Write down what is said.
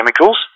chemicals